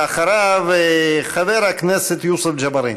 ואחריו, חבר הכנסת יוסף ג'בארין.